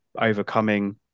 Overcoming